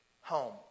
home